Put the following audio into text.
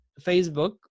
Facebook